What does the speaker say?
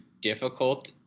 difficult